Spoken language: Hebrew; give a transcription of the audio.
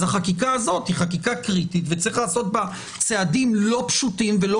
אז החקיקה הזאת היא חקיקה קריטית וצריך לעשות בה צעדים לא פשוטים ולא